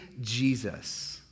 Jesus